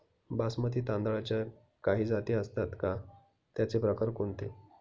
बासमती तांदळाच्या काही जाती असतात का, त्याचे प्रकार कोणते?